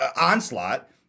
onslaught